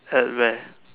at where